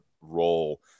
role